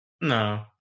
No